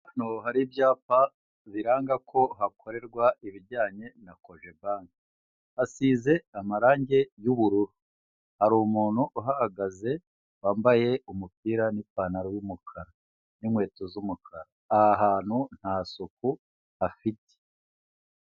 Hano hari ibyapa biranga ko hakorerwa ibijyanye na Kogebanki, hasize amarangi y'ubururu. Hari umuntu uhahagaze wambaye umupira n'ipantaro y'umukara, n'inkweto z'umukara. Aha hantu nta suku hafite.